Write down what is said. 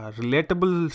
relatable